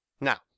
now